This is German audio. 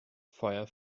feuer